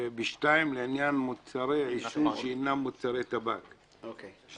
וב-(א)(2) לעניין מוצרי עישון שאינם מוצרי טבק --- אני